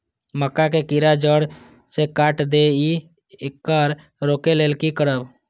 मक्का के कीरा जड़ से काट देय ईय येकर रोके लेल की करब?